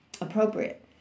appropriate